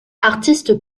artiste